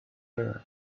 learned